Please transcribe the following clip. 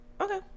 okay